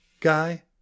guy